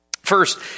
First